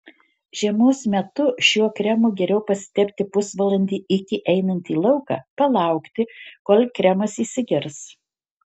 žiemos metu šiuo kremu geriau pasitepti pusvalandį iki einant į lauką palaukti kol kremas įsigers